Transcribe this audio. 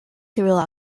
through